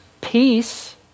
peace